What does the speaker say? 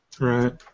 Right